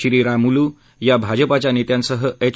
श्रीरामुलु या भाजपाच्या नेत्यांसह एच